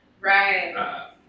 Right